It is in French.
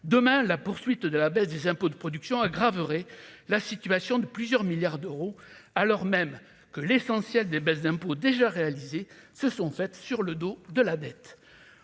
demain la poursuite de la baisse des impôts de production aggraverait la situation de plusieurs milliards d'euros, alors même que l'essentiel des baisses d'impôts déjà réalisé se sont faites sur le dos de la dette,